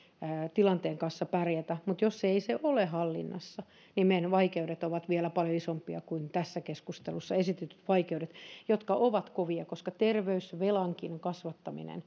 tilanteen kanssa pärjätä mutta jos ei se ole hallinnassa niin meidän vaikeutemme ovat vielä paljon isompia kuin tässä keskustelussa esitetyt vaikeudet jotka ovat kovia koska terveysvelankin kasvattaminen